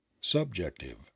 Subjective